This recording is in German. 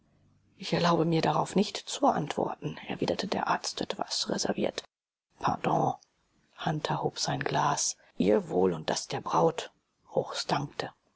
ich erlaube mir darauf nicht zu antworten erwiderte der arzt etwas reserviert pardon hunter hob sein glas ihr wohl und das der braut bruchs dankte